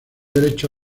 derecho